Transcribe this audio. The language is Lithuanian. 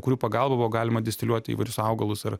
kurių pagalba buvo galima distiliuoti įvairius augalus ar